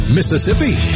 Mississippi